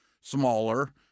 smaller